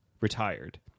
retired